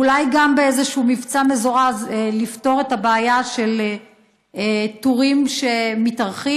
ואולי גם באיזשהו מבצע מזורז נפתור את הבעיה של תורים שמתארכים,